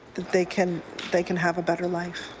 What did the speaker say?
they can they can have a better life.